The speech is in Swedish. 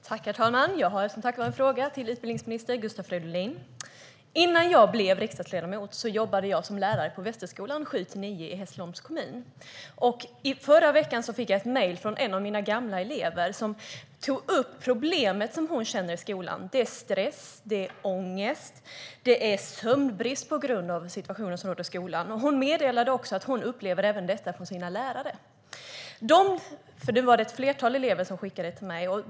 Herr talman! Jag har en fråga till utbildningsminister Gustav Fridolin. Innan jag blev riksdagsledamot jobbade jag som lärare på Västerskolan, årskurs 7-9, i Hässleholms kommun. I förra veckan fick jag ett mejl från en av mina gamla elever som tog upp problem som hon känner i skolan. Det är stress, ångest och sömnbrist på grund av den situation som råder i skolan. Hon meddelade också att hon upplever detta även från sina lärare. Det var ett flertal elever som mejlade till mig.